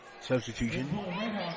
Substitution